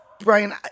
Brian